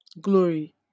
Glory